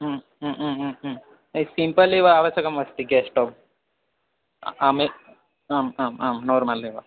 एकं सिम्पल् इव आवश्यकमस्ति गेस्टौ आम् आम् आम् आं नोर्मल् एव